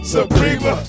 Suprema